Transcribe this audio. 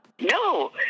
No